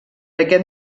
aquest